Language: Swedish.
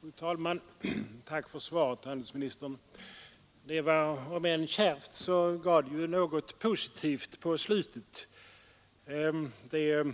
Fru talman! Tack för svaret, handelsministern! Om än kärvt gav det ju något positivt på slutet. Det